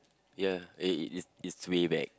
ya it it it's way back